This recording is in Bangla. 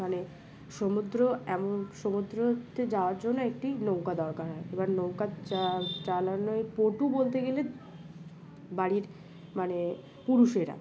মানে সমুদ্র এমন সমুদ্রতে যাওয়ার জন্য একটি নৌকা দরকার হয় এবার নৌকা চা চালানো পটু বলতে গেলে বাড়ির মানে পুরুষেরা